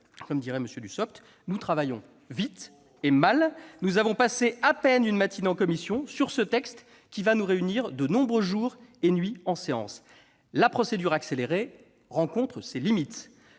comme dirait M. Dussopt. Nous travaillons vite et mal. Nous avons passé à peine une matinée en commission sur ce projet de loi dont l'examen va nous réunir de nombreux jours et nuits en séance. La procédure accélérée rencontre ses limites